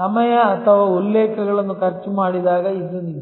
ಸಮಯ ಅಥವಾ ಉಲ್ಲೇಖಗಳನ್ನು ಖರ್ಚು ಮಾಡಿದಾಗ ಇದು ನಿಜ